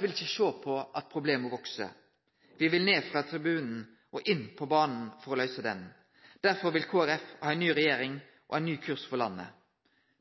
vil ikkje sjå på at problemet veks; me vil ned frå tribunen og inn på banen for å løyse det. Derfor vil Kristeleg Folkeparti ha ei ny regjering og ein ny kurs for landet.